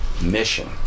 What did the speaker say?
mission